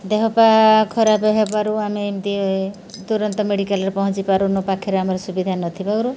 ଦେହପା ଖରାପ ହେବାରୁ ଆମେ ଏମିତି ତୁରନ୍ତ ମେଡ଼ିକାଲ୍ରେ ପହଞ୍ଚିପାରୁନୁ ପାଖରେ ଆମର ସୁବିଧା ନଥିବାରୁ